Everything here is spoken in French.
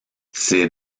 ces